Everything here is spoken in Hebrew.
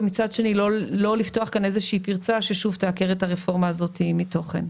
ומצד שני לא לפתוח כאן איזושהי פרצה ששוב תעקר את הרפורמה הזאת מתוכן.